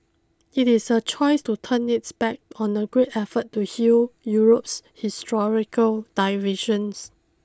it is a choice to turn its back on the great effort to heal Europe's historical divisions